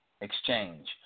exchange